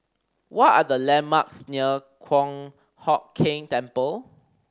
what are the landmarks near Kong Hock Keng Temple